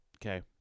Okay